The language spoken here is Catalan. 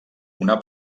una